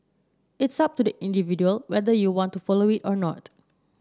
it's up to the individual whether you want to follow it or not